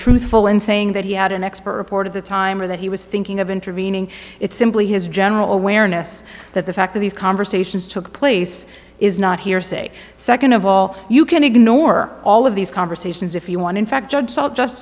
truthful in saying that he had an expert port of the time or that he was thinking of intervening it's simply his general awareness that the fact that these conversations took place is not hearsay second of all you can ignore all of these conversations if you want in fact judge just